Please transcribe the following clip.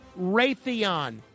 Raytheon